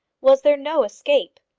was there no escape?